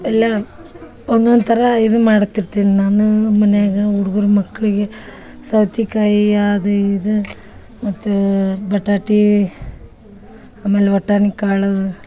ಎಲ್ಲ ಒನ್ನೊಂದು ಥರ ಇದು ಮಾಡ್ತಿರ್ತೀವಿ ನಾನು ಮನ್ಯಾಗ ಹುಡ್ಗ್ರ ಮಕ್ಕಳಿಗೆ ಸೌತೇಕಾಯಿ ಅದು ಇದು ಮತ್ತೆ ಬಟಾಟಿ ಆಮೇಲೆ ಒಟ್ಟಾಣಿಕಾಳು